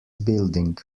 building